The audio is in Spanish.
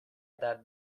edad